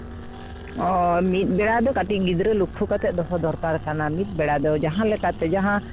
ᱚ ᱢᱤᱫ ᱵᱮᱲᱟ ᱫᱚ ᱠᱟᱹᱴᱤᱡ ᱜᱤᱫᱽᱨᱟᱹ ᱞᱚᱠᱠᱷᱚ ᱠᱟᱛᱮᱫ ᱫᱚᱦᱚ ᱫᱚᱨᱠᱟᱨ ᱠᱟᱱᱟ ᱢᱤᱫ ᱵᱮᱲᱟ ᱫᱚ ᱡᱟᱦᱟᱸ ᱞᱮᱠᱟ ᱠᱟᱛᱮᱫ ᱡᱟᱦᱟᱸ